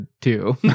two